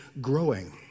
growing